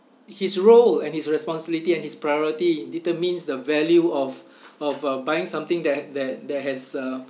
his role and his responsibility and his priority determines the value of of uh buying something that that that has uh